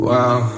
Wow